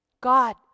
God